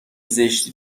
زشتی